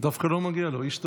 דווקא לא מגיע לו, איש טוב.